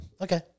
Okay